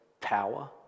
power